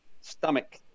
stomach